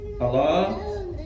Allah